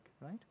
right